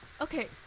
okay